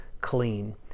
clean